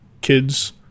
kids